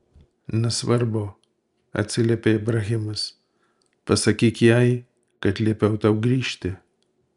nesvarbu atsiliepė ibrahimas pasakyk jai kad liepiau tau grįžti